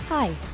Hi